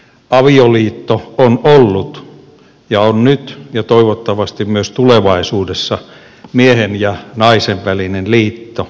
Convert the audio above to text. avioliitto on ollut ja on nyt ja toivottavasti myös tulevaisuudessa miehen ja naisen välinen liitto instituutio